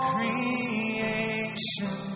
creation